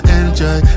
enjoy